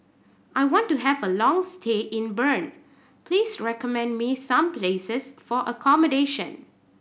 I want to have a long stay in Bern please recommend me some places for accommodation